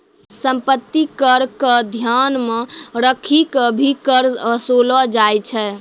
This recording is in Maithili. सम्पत्ति कर क ध्यान मे रखी क भी कर वसूललो जाय छै